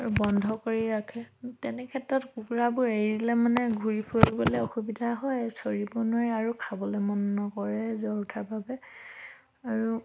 আৰু বন্ধ কৰি ৰাখে তেনে ক্ষেত্ৰত কুকুৰাবোৰ এৰি দিলে মানে ঘূৰি ফুৰিবলৈ অসুবিধা হয় চৰিব নোৱাৰে আৰু খাবলৈ মন নকৰে জ্বৰ উঠাৰ বাবে আৰু